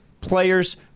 players